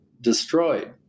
destroyed